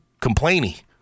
complainy